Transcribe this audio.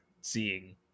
seeing